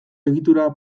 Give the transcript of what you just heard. egitura